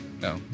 No